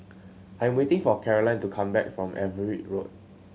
I'm waiting for Carolyne to come back from Everitt Road